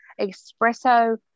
espresso